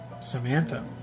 samantha